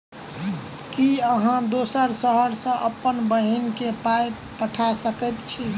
की अहाँ दोसर शहर सँ अप्पन बहिन केँ पाई पठा सकैत छी?